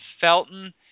Felton